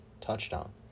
touchdown